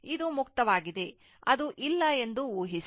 ಇದು ಮುಕ್ತ ವಾಗಿದೆ ಅದು ಇಲ್ಲ ಎಂದು ಊಹಿಸಿ